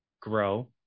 grow